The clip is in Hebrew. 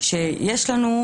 שיש לנו,